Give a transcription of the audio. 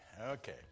okay